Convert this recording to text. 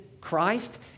Christ